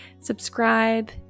subscribe